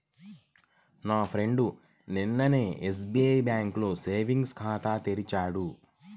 నా ఫ్రెండు నిన్ననే ఎస్బిఐ బ్యేంకులో సేవింగ్స్ ఖాతాను తెరిచాడు